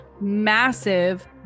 massive